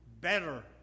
better